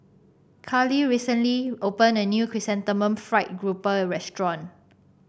Khalil recently opened a new Chrysanthemum Fried Grouper restaurant